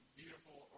beautiful